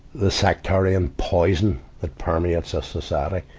the sectarian poison that permeates a society.